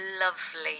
lovely